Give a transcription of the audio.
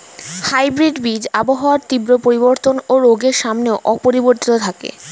hybrid বীজ আবহাওয়ার তীব্র পরিবর্তন ও রোগের সামনেও অপরিবর্তিত থাকে